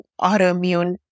autoimmune